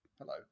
hello